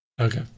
okay